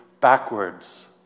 backwards